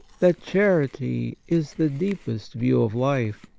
that charity is the deepest view of life,